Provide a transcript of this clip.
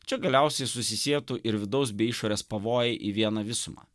čia galiausiai susisietų ir vidaus bei išorės pavojai į vieną visumą